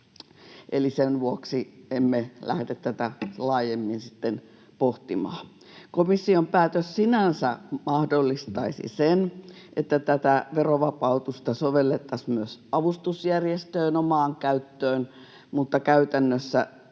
Eli sen vuoksi emme lähde tätä laajemmin pohtimaan. Komission päätös sinänsä mahdollistaisi sen, että tätä verovapautusta sovellettaisiin myös avustusjärjestöjen omaan käyttöön, mutta käytännössä